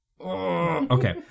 Okay